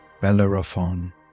Bellerophon